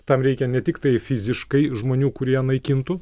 tam reikia ne tiktai fiziškai žmonių kurie naikintų